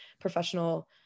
professional